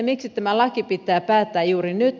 miksi tämä laki pitää päättää juuri nyt